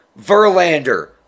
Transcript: Verlander